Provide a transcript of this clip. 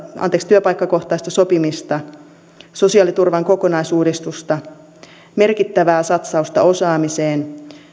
työpaikkakohtaista sopimista sosiaaliturvan kokonaisuudistusta merkittävää satsausta osaamiseen